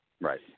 right